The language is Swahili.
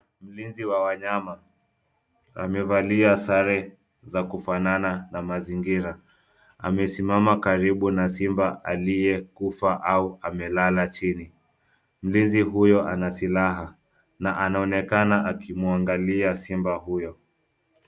Mlinzi wa wanyama amevalia sare za kufanana na mazingira. Amesimama karibu na simba aliyekufa au amelala chini. Mlinzi huyo ana silaha na anaonekana akimwangalia simba huyo.